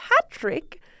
Patrick